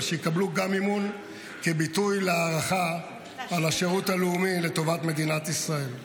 אבל שיקבלו גם מימון כביטוי להערכה על השירות הלאומי לטובת מדינת ישראל.